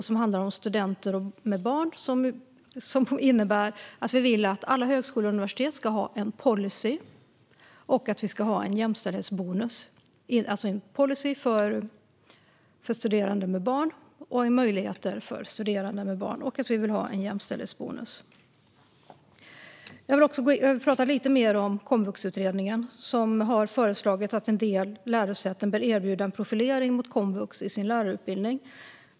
Den handlar om studenter med barn och innebär att vi vill att alla högskolor och universitet ska ha en policy för studerande med barn. Vi vill också ha en jämställdhetsbonus. Komvuxutredningen har tidigare föreslagit att en del lärosäten bör erbjuda en profilering mot komvux i sin lärarutbildning.